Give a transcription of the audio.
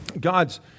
God's